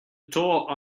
tough